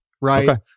right